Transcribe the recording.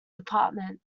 department